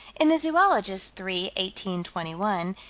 in the zoologist, three eighteen twenty one,